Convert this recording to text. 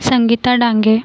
Sangeeta Dange